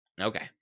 Okay